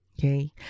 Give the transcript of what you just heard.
okay